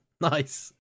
Nice